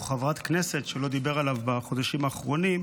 או חברת הכנסת שלא דיבר עליו בחודשים האחרונים,